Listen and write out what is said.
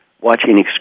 watching